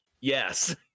Yes